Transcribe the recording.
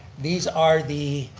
these are the